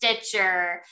Stitcher